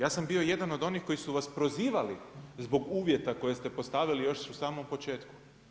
Ja sam bio jedan od onih koji su vas prozivali zbog uvjeta koje ste postavili još u samom početku.